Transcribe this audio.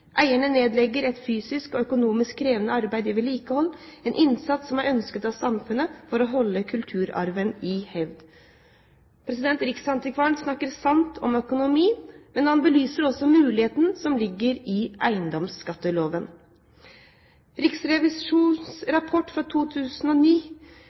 Eierne nedlegger et fysisk og økonomisk krevende arbeid i vedlikehold – en innsats som er ønsket av samfunnet for å holde kulturarven i hevd.» Riksantikvaren snakker sant om økonomien, men han belyser også muligheten som ligger i eiendomsskatteloven.